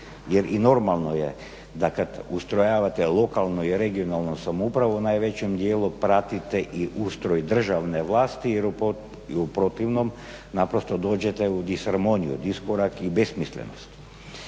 Jer i normalno je da kad ustrojavate lokalnu i regionalnu samoupravu u najvećem dijelu pratite i ustroj državne vlasti jer u protivnom naprosto dođete u disharmoniju, diskorak i besmislenost.